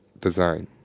design